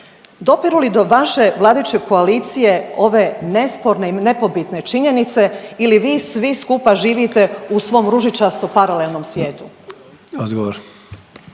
Dopiru li do vaše vladajuće koalicije ove nesporne i nepobitne činjenice ili vi svi skupa živite u svom ružičasto paralelnom svijetu.